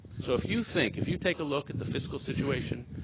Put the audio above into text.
so if you think, if you take a look at the fiscal situation,